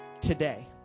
today